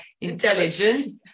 intelligent